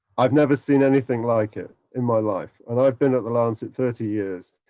i've never seen anything like it in my life, and i've been at the lancet thirty years.